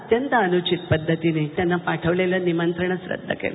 अत्यंत अनुचित पद्धतीने त्यांना पाठवलेलं निमंत्रणचं रद्द केलं